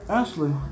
Ashley